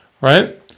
Right